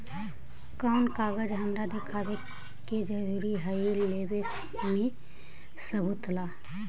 कौन कागज हमरा दिखावे के जरूरी हई लोन लेवे में सबूत ला?